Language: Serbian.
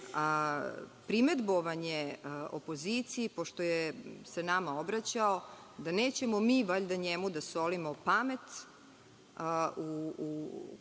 primedbovanje opoziciji, pošto se nama obraćao, da nećemo valjda mi njemu da solimo pamet